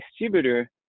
distributor